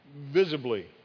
visibly